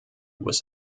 was